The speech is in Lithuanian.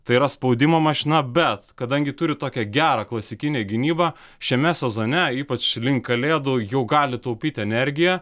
tai yra spaudimo mašina bet kadangi turi tokią gerą klasikinę gynybą šiame sezone ypač link kalėdų jau gali taupyti energiją